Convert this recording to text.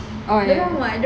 uh ya ya